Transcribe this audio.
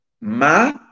Ma